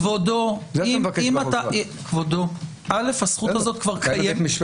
כבודו, אל"ף, הזכות הזאת כבר קיימת.